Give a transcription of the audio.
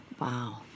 Wow